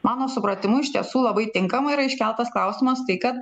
mano supratimu iš tiesų labai tinkamai yra iškeltas klausimas tai kad